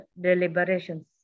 deliberations